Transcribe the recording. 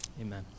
Amen